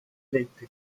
legte